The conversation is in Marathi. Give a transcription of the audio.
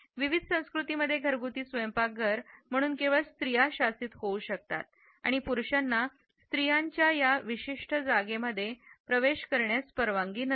विविध संस्कृतींमध्ये घरगुती स्वयंपाकघर म्हणून केवळ स्त्रिया शासित होऊ शकतात आणि पुरुषांना स्त्रियांच्या या जागेमध्ये प्रवेश करण्यास परवानगी नसते